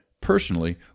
personally